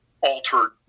altered